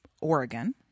oregon